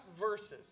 verses